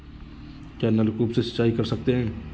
क्या नलकूप से सिंचाई कर सकते हैं?